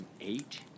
eight